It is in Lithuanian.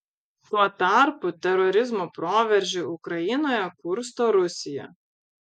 tuo tarpu terorizmo proveržį ukrainoje kursto rusija